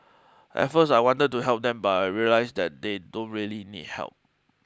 at first I wanted to help them but I realised that they don't really need help